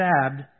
stabbed